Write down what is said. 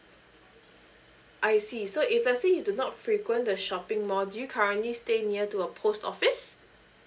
I see so if let's say you do not frequent the shopping mall do you currently stay near to a post office